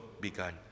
begun